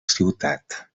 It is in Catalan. ciutat